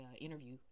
interview